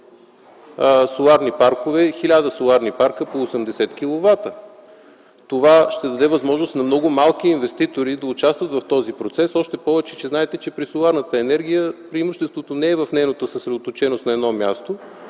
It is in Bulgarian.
да направят хиляда соларни паркове по 80 киловата? Това ще даде възможност на много малки инвеститори да участват в този процес. Още повече, знаете, че при соларната енергия преимуществото не е в нейната съсредоточеност на едно място,